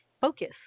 focus